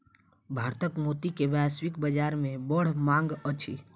भारतक मोती के वैश्विक बाजार में बड़ मांग अछि